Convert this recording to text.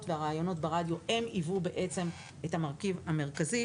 והראיונות ברדיו היוו את המרכיב המרכז.